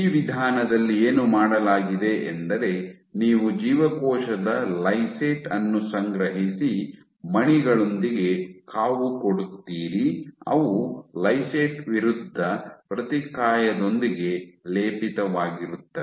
ಈ ವಿಧಾನದಲ್ಲಿ ಏನು ಮಾಡಲಾಗಿದೆಯೆಂದರೆ ನೀವು ಜೀವಕೋಶದ ಲೈಸೇಟ್ ಅನ್ನು ಸಂಗ್ರಹಿಸಿ ಮಣಿಗಳೊಂದಿಗೆ ಕಾವುಕೊಡುತ್ತೀರಿ ಅವು ಲೈಸೇಟ್ ವಿರುದ್ಧ ಪ್ರತಿಕಾಯದೊಂದಿಗೆ ಲೇಪಿತವಾಗಿರುತ್ತವೆ